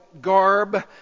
garb